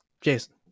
Jason